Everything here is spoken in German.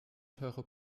teure